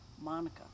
Monica